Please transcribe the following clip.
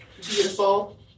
beautiful